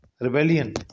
rebellion